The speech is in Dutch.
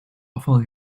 afval